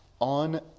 on